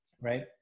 right